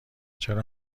چرا